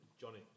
Johnny